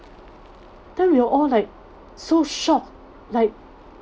then we all like so shocked like